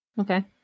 Okay